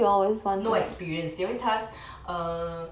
no experience they always tell us err